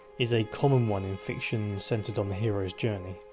is a common one in fiction centred on the hero's journey.